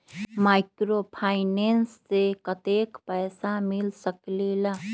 Microfinance से कतेक पैसा मिल सकले ला?